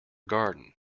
garden